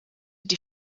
die